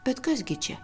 bet kas gi čia